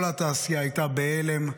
כל התעשייה הייתה בהלם,